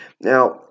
Now